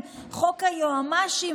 עם חוק היועמ"שים,